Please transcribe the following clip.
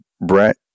Brett